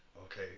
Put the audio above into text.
Okay